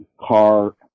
car